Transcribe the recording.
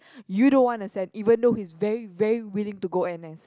you don't want to send even though he's very very willing to go N_S